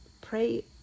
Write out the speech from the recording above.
pray